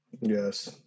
Yes